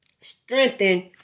Strengthen